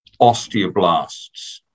osteoblasts